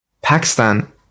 Pakistan